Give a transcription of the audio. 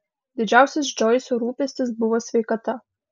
didžiausias džoiso rūpestis buvo sveikata